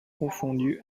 confondu